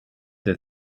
the